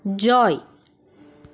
joy